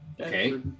Okay